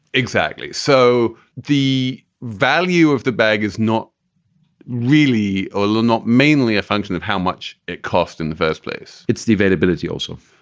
exactly. so the value of the bag is not really not mainly a function of how much it cost in the first place. it's the availability also,